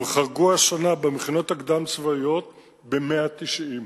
הם חרגו השנה במכינות הקדם-צבאיות ב-190.